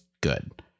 good